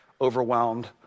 overwhelmed